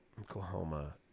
Oklahoma